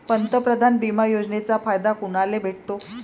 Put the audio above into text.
पंतप्रधान बिमा योजनेचा फायदा कुनाले भेटतो?